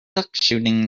duckshooting